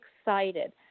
excited